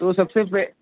تو سب سے پہ